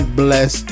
bless